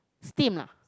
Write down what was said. steam lah